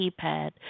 keypad